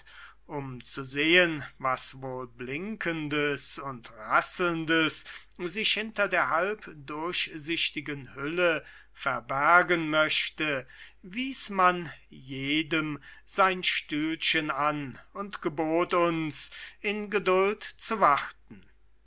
um zu sehen was wohl blinkendes und rasselndes sich hinter der halb durchsichtigen hülle verbergen möchte wies man jedem sein stühlchen an und gebot uns in geduld zu warten